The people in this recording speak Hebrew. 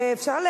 אפשר,